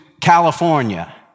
California